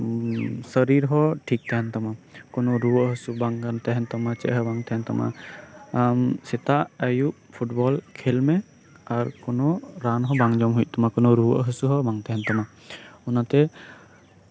ᱥᱚᱨᱤᱨ ᱦᱚᱸ ᱴᱷᱤᱠ ᱛᱟᱸᱦᱮᱱᱢ ᱛᱟᱢᱟ ᱠᱳᱱᱳ ᱨᱩᱣᱟᱹ ᱦᱟᱹᱥᱩ ᱵᱟᱝ ᱛᱟᱸᱦᱮᱱ ᱛᱟᱢᱟ ᱪᱮᱫ ᱦᱚᱸ ᱵᱟᱝ ᱛᱟᱸᱦᱮᱱ ᱛᱟᱢᱟ ᱟᱢ ᱥᱮᱛᱟᱜ ᱟᱹᱭᱩᱵ ᱯᱷᱩᱴᱵᱚᱞ ᱠᱷᱮᱞᱢᱮ ᱟᱨ ᱠᱳᱱᱳ ᱨᱟᱱ ᱦᱚᱸ ᱵᱟᱝ ᱡᱚᱢ ᱦᱩᱭᱩᱜ ᱛᱟᱢᱟ ᱠᱳᱱᱳ ᱨᱩᱣᱟᱹ ᱦᱟᱹᱥᱩ ᱦᱚᱸ ᱵᱟᱝ ᱛᱟᱸᱦᱮᱱ ᱛᱟᱢᱟ ᱚᱱᱟᱛᱮ